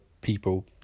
people